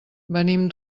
venim